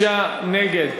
26 נגד,